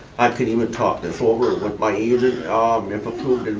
um can even talk this over with my agent if approved,